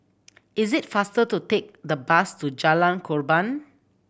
is it faster to take the bus to Jalan Korban